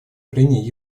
прений